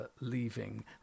leaving